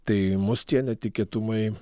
tai mus tie netikėtumai